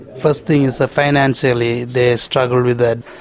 first thing is financially they struggle with it,